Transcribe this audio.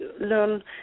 learn